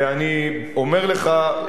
ואני אומר לך,